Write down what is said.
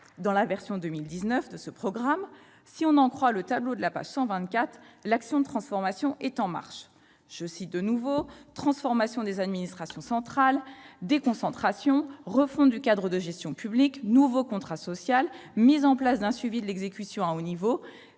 Dans la version 2019 de ce programme, si l'on en croit le tableau de la page 124, l'action de transformation est en marche :« transformation des administrations centrales, déconcentration, refonte du cadre de gestion publique, nouveau contrat social, mise en place d'un suivi de l'exécution à haut niveau,